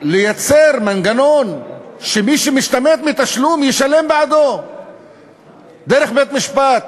לייצר מנגנון שמי שמשתמט מתשלום ישלם אותו דרך בית-משפט,